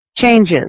Changes